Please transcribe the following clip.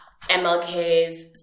MLK's